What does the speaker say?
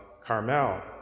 Carmel